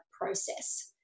process